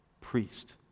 priest